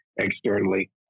externally